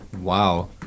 Wow